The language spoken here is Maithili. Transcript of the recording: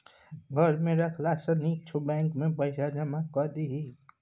घर मे राखला सँ नीक छौ बैंकेमे पैसा जमा कए दही